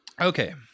Okay